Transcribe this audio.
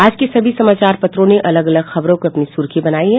आज के सभी समाचार पत्रों ने अलग अलग खबरों को अपनी सुर्खी बनायी है